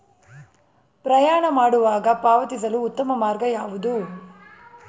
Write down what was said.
ಪ್ರಯಾಣ ಮಾಡುವಾಗ ಪಾವತಿಸಲು ಉತ್ತಮ ಮಾರ್ಗ ಯಾವುದು?